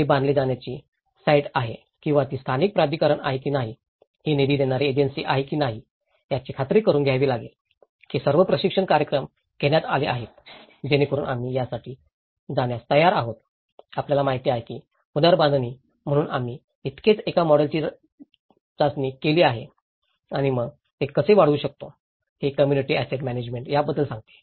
ते बांधले जाण्याची साइट आहे किंवा ती स्थानिक प्राधिकरण आहे की नाही ही निधी देणारी एजन्सी आहे की नाही याची खात्री करून घ्यावी लागेल की सर्व प्रशिक्षण कार्यक्रम घेण्यात आले आहेत जेणेकरून आम्ही यासाठी जाण्यास तयार आहोत आपल्याला माहित आहे की पुनर्बांधणी म्हणून आम्ही नुकतेच एका मॉडेलची चाचणी केली आहे आणि मग आपण हे कसे वाढवू शकतो हे कम्म्युनिटी ऍसेट म्यानेजमेंट याबद्दल सांगते